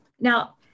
Now